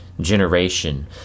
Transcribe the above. generation